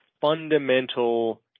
fundamental